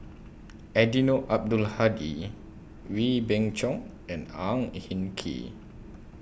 Eddino Abdul Hadi Wee Beng Chong and Ang Hin Kee